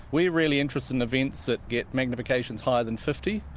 we're really interested in events that get magnifications higher than fifty,